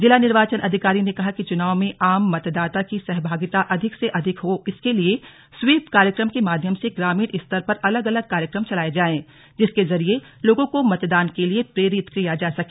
जिला निर्वाचन अधिकारी ने कहा कि चुनाव में आम मतदाता की सहभागिता अधिक से अधिक हो इसके लिए स्वीप कार्यक्रम के माध्यम से ग्रामीण स्तर पर अलग अलग कार्यक्रम चलायें जाएं जिसके जरिए लोगों को मतदान के लिए प्रेरित किया जा सके